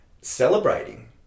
celebrating